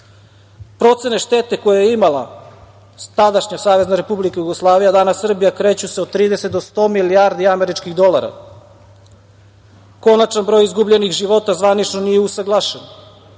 Procene štete koje je imala tadašnja SRJ, a danas Srbija, kreće se od 30 do 100 milijardi američkih dolara. Konačan broj izgubljenih života, zvanično nije usaglašen.